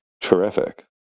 terrific